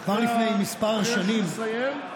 כבר לפני כמה שנים, אתה בדרך לסיים?